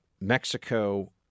Mexico